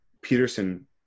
Peterson